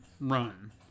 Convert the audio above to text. run